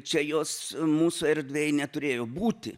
čia jos mūsų erdvėj neturėjo būti